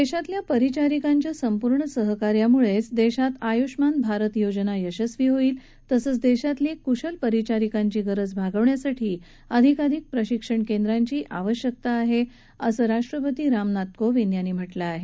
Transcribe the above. देशातल्या परिचारिकांच्या संपूर्ण सहकार्यामुळेच देशात आयुष्मान भारत योजना यशस्वी होईल तसंच देशातली कुशल परिचारिकांची गरज भागवण्यासाठी अधिकाधिक प्रशिक्षण केंद्रांची आवश्यकता असल्याचं राष्ट्रपती रामनाथ कोविंद यांनी म्हटलं आहे